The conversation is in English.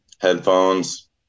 Headphones